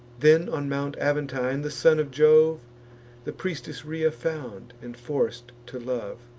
then on mount aventine the son of jove the priestess rhea found, and forc'd to love.